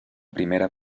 primera